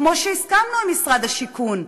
כמו שהסכמנו עם משרד השיכון,